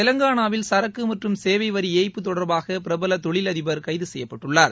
தெலங்கானாவில் சரக்கு மற்றும் சேவை வரி ஏய்ப்பு தொடர்பாக பிரபல தொழிலதிபர் கைது செய்யப்பட்டுள்ளார்